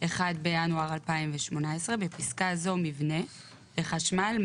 1.1.2018 (בפסקה זו - מבנה) לחשמל,